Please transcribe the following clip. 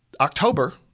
October